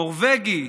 נורבגי,